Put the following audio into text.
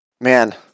Man